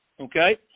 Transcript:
Okay